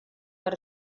per